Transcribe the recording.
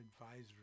advisory